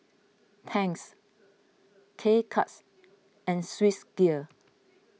Tangs K Cuts and Swissgear